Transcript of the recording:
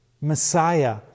messiah